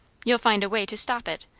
you'll find a way to stop it.